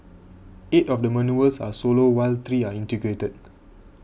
eight of the manoeuvres are solo while three are integrated